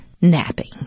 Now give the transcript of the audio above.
napping